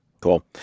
Cool